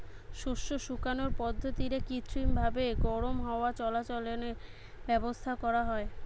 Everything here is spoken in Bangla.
শস্য শুকানার পদ্ধতিরে কৃত্রিমভাবি গরম হাওয়া চলাচলের ব্যাবস্থা করা হয়